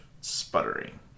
sputtering